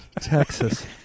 Texas